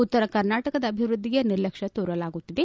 ಉತ್ತರ ಕರ್ನಾಟಕದ ಅಭಿವೃದ್ದಿಗೆ ನಿರ್ಲಕ್ಷ್ಯ ತೋರಲಾಗುತ್ತಿದೆ